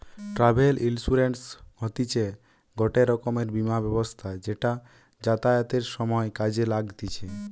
travel insurance হতিছে গটে রকমের বীমা ব্যবস্থা যেটা যাতায়াতের সময় কাজে লাগতিছে